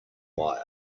wire